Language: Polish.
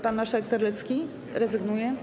Pan marszałek Terlecki rezygnuje.